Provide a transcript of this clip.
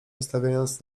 wystawiając